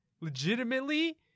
Legitimately